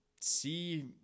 see